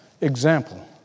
example